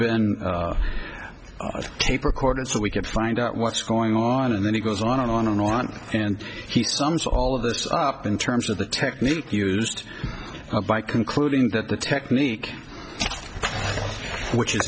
been tape recorded so we could find out what's going on and then he goes on and on and on and he sums all of this up in terms of the technique used by concluding that the technique which is